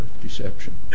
deception